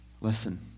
listen